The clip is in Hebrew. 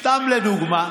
אז היית מקצר?